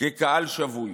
כקהל שבוי.